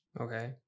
okay